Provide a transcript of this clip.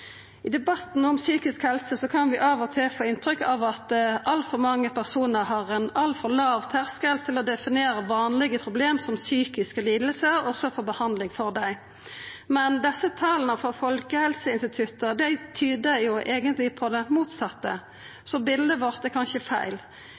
I debatten om psykisk helse kan vi av og til få inntrykk av at altfor mange personar har ein altfor låg terskel til å definera vanlege problem som psykiske lidingar, og så får behandling for dei. Men desse tala frå Folkehelseinstituttet tyder eigentleg på det motsette,